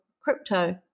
crypto